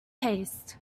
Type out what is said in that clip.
taste